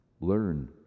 learn